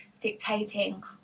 dictating